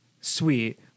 Sweet